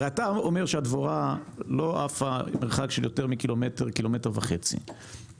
הרי אתה אומר שהדבורה לא עפה מרחק של יותר מקילומטר קילומטר וחצי.